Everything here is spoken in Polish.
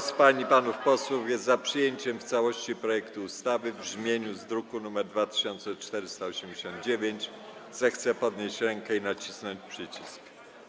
z pań i panów posłów jest za przyjęciem w całości projektu ustawy w brzmieniu z druku nr 2489, zechce podnieść rękę i nacisnąć przycisk.